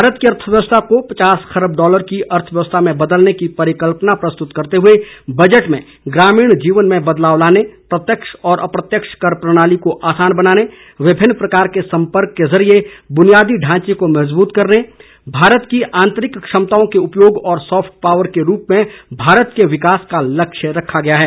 भारत की अर्थव्यवस्था को पचास खरब डॉलर की अर्थव्यवस्था में बदलने की परिकल्पना प्रस्तुत करते हुए बजट में ग्रामीण जीवन में बदलाव लाने प्रत्यक्ष और अप्रत्यक्ष कर प्रणाली को आसान बनाने विभिन्न प्रकार के संपर्क के जरिए बुनियादी ढांचे को मजबूत करने भारत की आंतरिक क्षमताओं के उपयोग और सॉफ्ट पावर के रूप में भारत के विकास का लक्ष्य रखा गया है